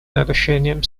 нарушением